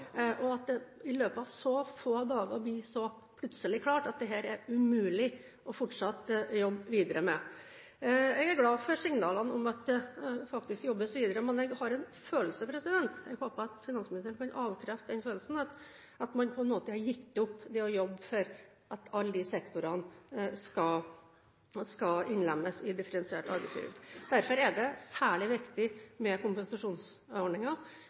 det i løpet av så få dager plutselig ble så klart at det er umulig å fortsette å jobbe videre med dette. Jeg er glad for signalene om at det faktisk jobbes videre, men jeg har en følelse av, som jeg håper finansministeren kan avkrefte, at man på en måte har gitt opp å jobbe for at alle disse sektorene skal innlemmes i differensiert arbeidsgiveravgift. Derfor er det særlig viktig med